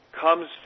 comes